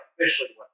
officially